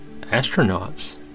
astronauts